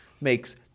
makes